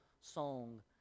song